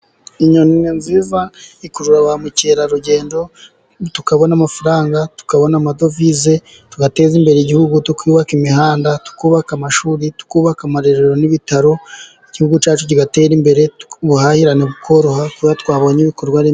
Inyoni ni nziza ikurura ba mukerarugendo tukabona amafaranga ,tukabona amadovize tugateza imbere igihugu, tukubaka imihanda, twubaka amashuri ,tukubaka amarerero n'ibitaro. Igihugu cyacu kigatera imbere. Ubuhahirane bukoroha kuko twabonye ibikorwaremezo.